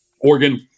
Oregon